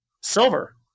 Silver